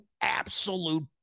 absolute